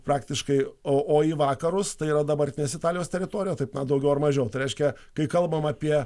praktiškai o į vakarus tai yra dabartinės italijos teritorija taip na daugiau ar mažiau reiškia kai kalbam apie